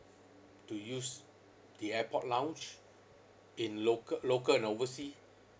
to use the airport lounge in loca~ local and overseas